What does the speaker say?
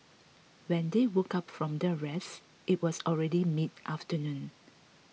when they woke up from their rest it was already midafternoon